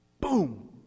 boom